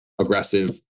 aggressive